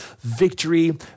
victory